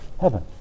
heaven